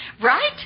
right